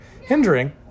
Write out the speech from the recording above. hindering